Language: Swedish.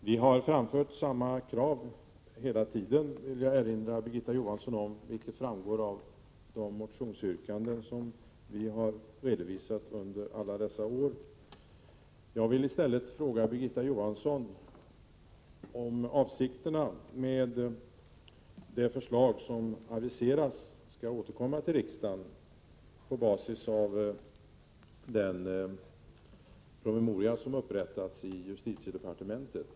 Herr talman! Jag vill erinra Birgitta Johansson om att vi har framfört samma krav hela tiden. Det framgår av de motionsyrkanden som vi har redovisat under alla dessa år. Jag vill i stället fråga Birgitta Johansson om avsikterna med det förslag som aviserats skall återkomma till riksdagen på basis av den promemoria som upprättats av justitiedepartementet.